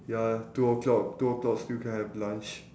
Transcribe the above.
ya two o'clock two o'clock still can have lunch